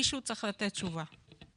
היה דיון בוועדת הכנסת.